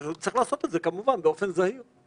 צריך לעשות את זה כמובן באופן זהיר.